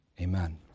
Amen